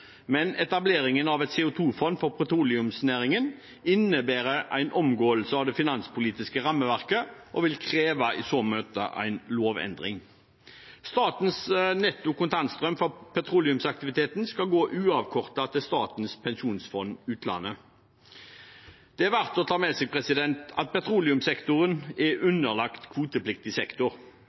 men etableringen av et CO2-fond for petroleumsnæringen innebærer en omgåelse av det finanspolitiske rammeverket og vil i så måte kreve en lovendring. Statens netto kontantstrøm fra petroleumsaktiviteten skal gå uavkortet til Statens pensjonsfond utland. Det er verdt å ta med seg at petroleumssektoren er underlagt kvotepliktig sektor.